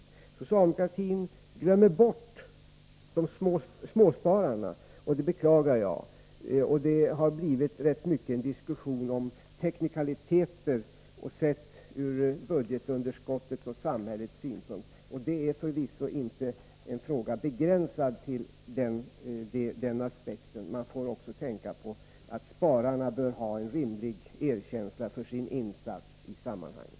Socialdemokratin glömmer bort småspararna, och det beklagar jag. Det har blivit rätt mycket en diskussion om teknikaliteter, sett ur budgetunderskottets och ur samhällets synpunkt. Men frågan är förvisso inte begränsad till den aspekten, utan man får också tänka på att spararna bör få en rimlig erkänsla för sin insats i sammanhanget.